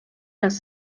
das